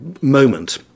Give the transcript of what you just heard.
moment